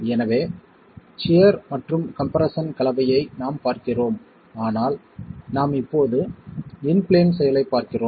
எனவே சியர் மற்றும் கம்ப்ரெஸ்ஸன் கலவையை நாம் பார்க்கிறோம் ஆனால் நாம் இப்போது இன் பிளேன் செயலைப் பார்க்கிறோம்